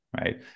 right